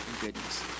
goodness